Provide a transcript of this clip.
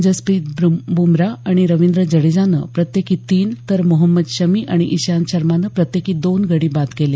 जसप्रीत बुमरा आणि रविंद्र जडेजानं प्रत्येकी तीन तर मोहम्मद शमी आणि इशांत शर्मानं प्रत्येकी दोन गडी बाद केले